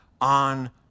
on